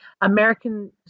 American